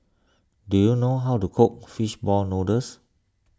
do you know how to cook Fish Ball Noodles